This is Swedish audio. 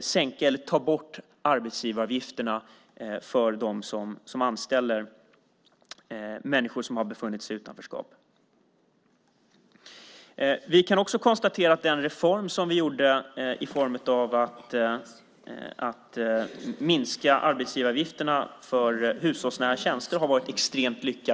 sänka eller ta bort arbetsgivaravgifterna för dessa personer. Vi kan också konstatera att den reform som vi gjorde i form av att minska arbetsgivaravgifterna för hushållsnära tjänster har varit extremt lyckad.